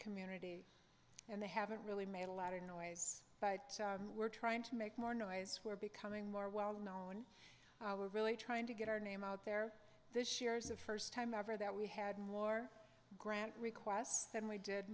community and they haven't really made a lot of noise but we're trying to make more noise we're becoming more well known were really trying to get our name out there this year is the first time ever that we had more grant requests than we did